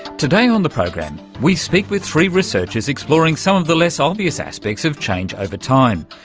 today on the program we speak with three researchers exploring some of the less obvious aspects of change over time,